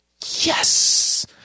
yes